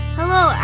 Hello